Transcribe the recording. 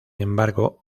embargo